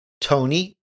Tony